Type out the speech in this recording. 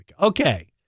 Okay